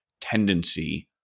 tendency